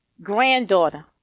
granddaughter